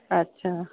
अच्छा